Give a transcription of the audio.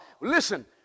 Listen